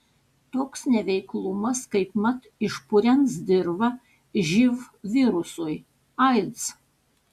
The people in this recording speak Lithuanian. toks neveiklumas kaipmat išpurens dirvą živ virusui aids